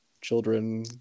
children